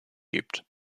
gibt